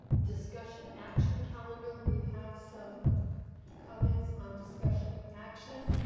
discussion action calender, we have some comments on discussion action.